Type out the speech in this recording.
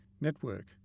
network